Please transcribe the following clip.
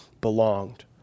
belonged